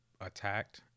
attacked